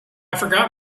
forgot